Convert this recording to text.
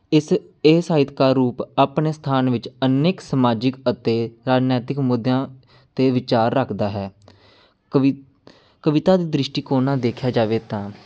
ਇਸ ਇਹ ਸਾਹਿਤਕਾਰ ਰੂਪ ਆਪਣੇ ਸਥਾਨ ਵਿੱਚ ਅਨੇਕ ਸਮਾਜਿਕ ਅਤੇ ਰਾਜਨੈਤਿਕ ਮੁੱਦਿਆਂ 'ਤੇ ਵਿਚਾਰ ਰੱਖਦਾ ਹੈ ਕਵਿ ਕਵਿਤਾ ਦੇ ਦ੍ਰਿਸ਼ਟੀਕੋਣ ਨਾਲ ਦੇਖਿਆ ਜਾਵੇ ਤਾਂ